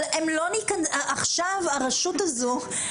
אבל עכשיו הרשות הזאת,